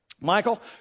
Michael